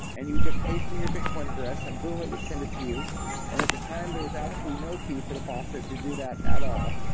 and he would just paste in your bitcoin address and boom, it would send it to you and at the time, there was absolutely no fee for the faucet to do that at all.